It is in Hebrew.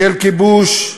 של כיבוש,